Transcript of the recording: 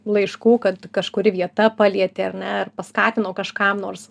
laiškų kad kažkuri vieta palietė ar ne ar paskatino kažkam nors